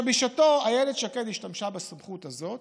בשעתה איילת שקד השתמשה בסמכות הזאת